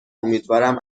امیدوارم